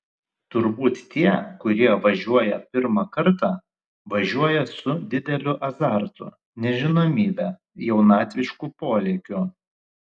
turbūt tie kurie važiuoja pirmą kartą važiuoja su dideliu azartu nežinomybe jaunatvišku polėkiu